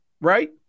right